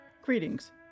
Greetings